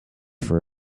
for